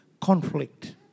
conflict